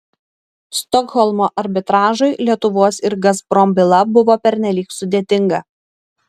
stokholmo arbitražui lietuvos ir gazprom byla buvo pernelyg sudėtinga